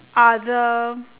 other